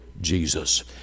Jesus